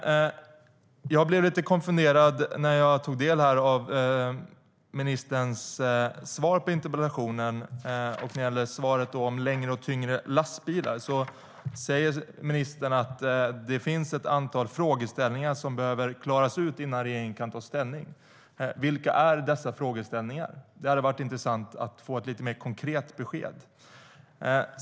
Jag blev lite konfunderad när jag tog del av ministerns svar på interpellationen när det gällde längre och tyngre lastbilar. Ministern säger att det finns ett antal frågeställningar som behöver klaras ut innan regeringen kan ta ställning. Vilka är dessa frågeställningar? Det hade varit intressant med ett lite mer konkret besked.